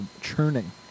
churning